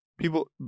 People